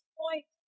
point